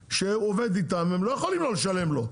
שעובד איתם והם לא יכולים שלא לשלם לו,